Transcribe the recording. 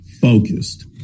focused